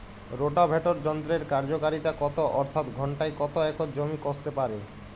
Rotavator যন্ত্রের কার্যকারিতা কত অর্থাৎ ঘণ্টায় কত একর জমি কষতে পারে?